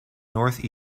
north